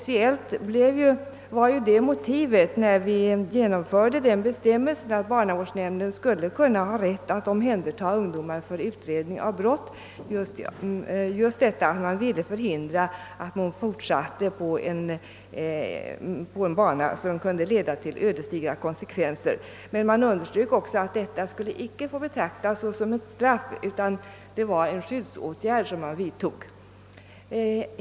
När vi införde bestämmelsen att barnavårdsnämnd skulle ha rätt att omhänderta ungdomar för utredning av brott var just motivet att vi ville förhindra att de fortsatte på en bana som kunde leda till ödesdigra konsekvenser. Man underströk emellertid också att detta icke skulle betraktas såsom ett straff utan bara som en skyddsåtgärd.